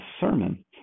sermon